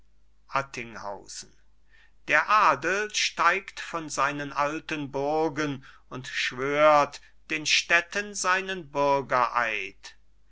der adel steigt von seinen alten burgen und schwört den städten seinen